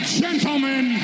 gentlemen